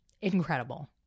Incredible